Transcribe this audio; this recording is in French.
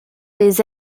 les